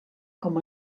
com